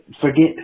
forget